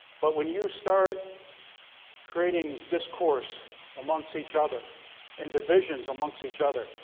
but when you start creating discourse amongst each other and divisions amongst each other,